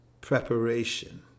preparation